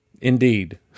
Indeed